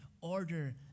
order